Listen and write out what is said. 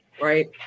right